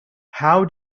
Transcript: how